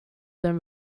than